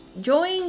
Join